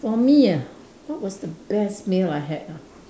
for me ah what was the best meal I had ah